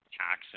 tax